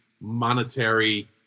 monetary